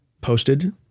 posted